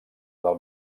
del